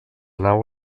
nau